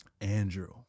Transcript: Andrew